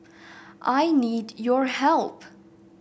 I need your help